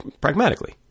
pragmatically